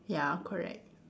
ya correct